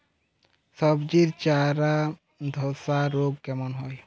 সবজির চারা ধ্বসা রোগ কেন হয়?